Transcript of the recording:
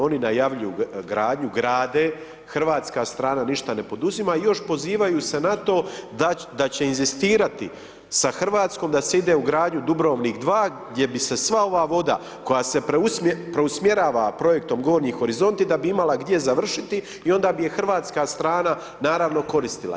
Oni najavljuju gradnju, grade, hrvatska strana ništa ne poduzima i još pozivaju se na to da će inzistirati sa RH da se ide u gradnju Dubrovnik 2 gdje bi se sva ova voda, koja se preusmjerava projektom Gornji horizonti da bi imala gdje završiti i onda bi je hrvatska strana, naravno, koristila.